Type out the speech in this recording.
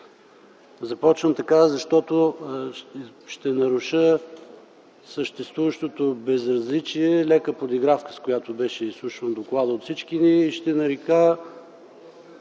Започвам така, защото ще наруша съществуващото безразличие и лека подигравка, с която беше изслушан докладът от всички ни. Ще нарека